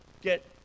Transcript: get